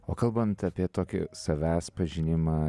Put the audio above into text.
o kalbant apie tokį savęs pažinimą